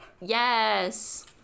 Yes